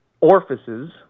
orifices